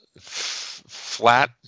flat